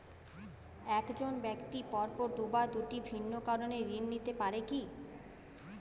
এক জন ব্যক্তি পরপর দুবার দুটি ভিন্ন কারণে ঋণ নিতে পারে কী?